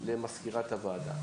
למזכירת הוועדה.